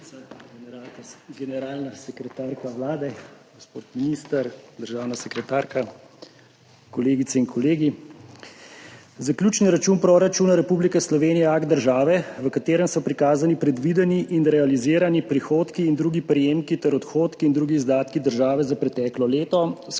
generalna sekretarka Vlade, gospod minister, državna sekretarka, kolegice in kolegi! Zaključni račun proračuna Republike Slovenije je akt države, v katerem so prikazani predvideni in realizirani prihodki in drugi prejemki ter odhodki in drugi izdatki države za preteklo leto v skladu